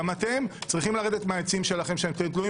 גם אתם צריכים לרדת מהעצים שאתם תלויים